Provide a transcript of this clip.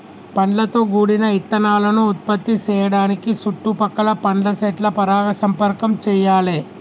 పండ్లతో గూడిన ఇత్తనాలను ఉత్పత్తి సేయడానికి సుట్టు పక్కల పండ్ల సెట్ల పరాగ సంపర్కం చెయ్యాలే